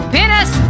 Penis